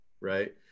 right